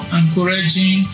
encouraging